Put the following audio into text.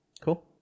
Cool